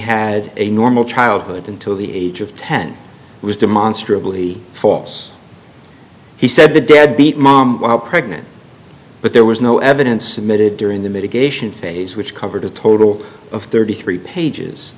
had a normal childhood until the age of ten was demonstrably false he said the deadbeat mom while pregnant but there was no evidence submitted during the mitigation phase which covered a total of thirty three pages